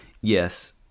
yes